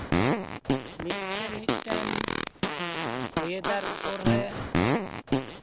ᱢᱤᱫᱴᱮᱱᱼᱢᱤᱫᱴᱮᱱ ᱚᱭᱮᱫᱟᱨ ᱪᱮᱛᱟᱱ ᱨᱮ